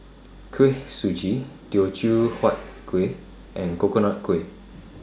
Kuih Suji Teochew Huat Kuih and Coconut Kuih